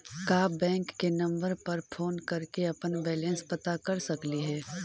का बैंक के नंबर पर फोन कर के अपन बैलेंस पता कर सकली हे?